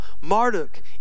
Marduk